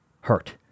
Hurt